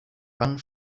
bang